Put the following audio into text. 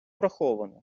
враховано